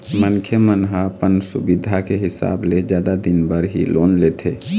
मनखे मन ह अपन सुबिधा के हिसाब ले जादा दिन बर ही लोन लेथे